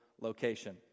location